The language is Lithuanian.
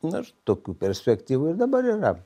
nu ir tokių perspektyvų ir dabar yra